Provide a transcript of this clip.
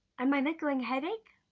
and my niggling headache,